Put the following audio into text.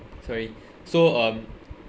sorry so um